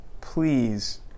please